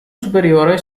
superiore